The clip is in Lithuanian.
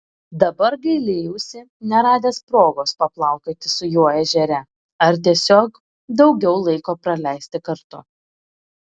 dabar gailėjausi neradęs progos paplaukioti su juo ežere ar tiesiog daugiau laiko praleisti kartu